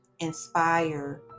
inspire